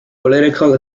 political